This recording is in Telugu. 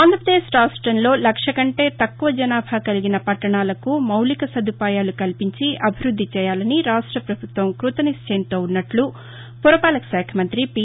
ఆంధ్రప్రదేశ్లో లక్ష కంటే తక్కువ జనాభా కలిగిన పట్టణాలకు మౌలిక సదుపాయాలు కల్పించి అభివృద్ధి చేయాలని రాష్ట్ర ప్రభుత్వం కృతనిశ్చయంతో ఉందని పురపాలక శాఖ మంత్రి పి